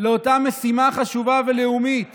לאותה משימה חשובה ולאומית